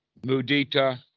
Mudita